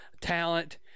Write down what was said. talent